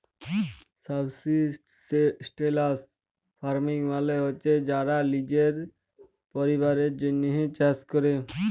subsistence farming মালে হছে যারা লিজের পরিবারের জ্যনহে চাষ ক্যরে